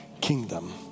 kingdom